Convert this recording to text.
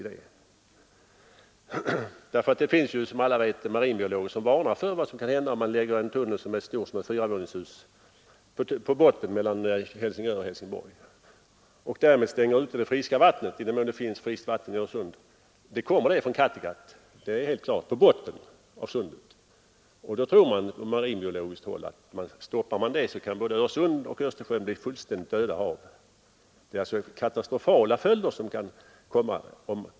Det finns som alla vet marinbiologer som varnar för vad som kan hända om man lägger en tunnel, stor som ett fyra våningars hus, på botten av sundet mellan Helsingör och Helsingborg och därmed stänger ute det friska vattnet. I den mån det finns friskt vatten i Öresund kommer det från Kattegatt; och det kommer på botten. På marinbiologiskt håll tror man att stoppas det, kan både Öresund och Östersjön bli fullständigt döda hav. Det kan alltså bli katastrofala följder.